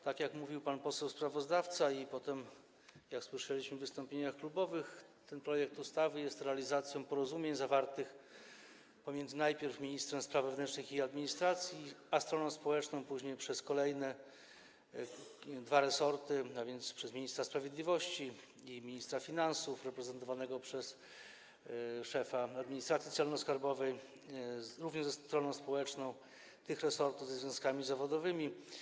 Tak jak mówił pan poseł sprawozdawca i tak jak potem słyszeliśmy w wystąpieniach klubowych, ten projekt ustawy jest realizacją porozumień zawartych pomiędzy najpierw ministrem spraw wewnętrznych i administracji a stroną społeczną, później przez kolejne dwa resorty, a więc przez ministra sprawiedliwości i ministra finansów reprezentowanego przez szefa administracji celno-skarbowej, również ze stroną społeczną, i tych resortów ze związkami zawodowymi.